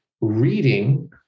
reading